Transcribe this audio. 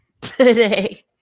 today